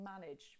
manage